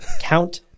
Count